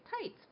Tights